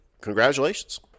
congratulations